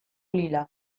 lila